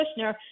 Kushner